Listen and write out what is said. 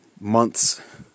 months